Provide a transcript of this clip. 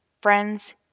friends